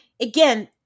again